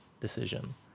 decision